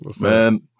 Man